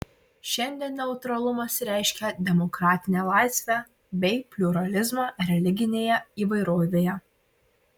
šiandien neutralumas reiškia demokratinę laisvę bei pliuralizmą religinėje įvairovėje